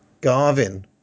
Garvin